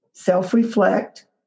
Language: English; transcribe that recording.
Self-reflect